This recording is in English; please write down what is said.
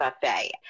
buffet